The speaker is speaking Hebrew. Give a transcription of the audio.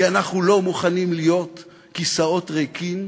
כי אנחנו לא מוכנים להיות כיסאות ריקים